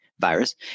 Virus